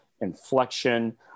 inflection